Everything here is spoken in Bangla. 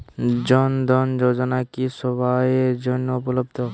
জন ধন যোজনা কি সবায়ের জন্য উপলব্ধ?